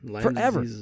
Forever